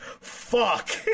Fuck